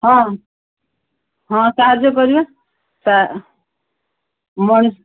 ହଁ ହଁ ସାହାଯ୍ୟ କରିବା ମଣିଷ